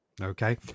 Okay